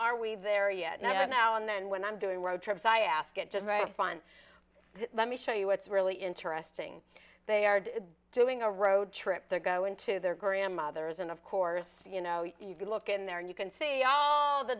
are we there yet now and then when i'm doing road trips i ask it just right in front let me show you what's really interesting they are doing a road trip they're go into their grandmother's and of course you know you could look in there and you can see all the